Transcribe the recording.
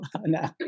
no